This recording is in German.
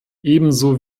ebenso